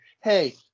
hey